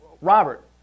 Robert